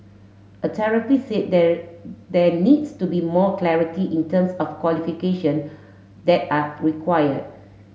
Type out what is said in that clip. a therapist said there there needs to be more clarity in terms of qualification that are required